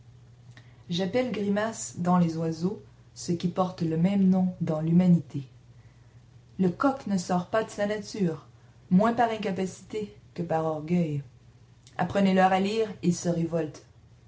j'appelle grimace dans les oiseaux ce qui porte le même nom dans l'humanité le coq ne sort pas de sa nature moins par incapacité que par orgueil apprenez leur à lire ils se révoltent